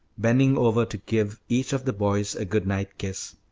bending over to give each of the boys a good-night kiss,